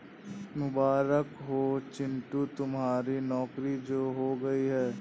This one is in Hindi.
मुबारक हो चिंटू तुम्हारी नौकरी जो हो गई है